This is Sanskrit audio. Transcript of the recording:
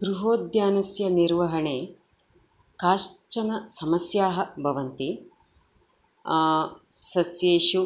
गृहोद्यानस्य निर्वहणे काश्चन समस्याः भवन्ति सस्येषु